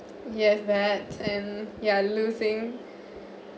yes that and yeah losing